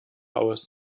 aus